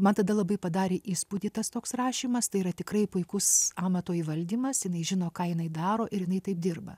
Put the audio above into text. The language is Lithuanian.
man tada labai padarė įspūdį tas toks rašymas tai yra tikrai puikus amato įvaldymas jinai žino ką jinai daro ir jinai taip dirba